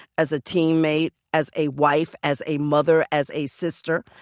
as a teammate, as a wife, as a mother, as a sister.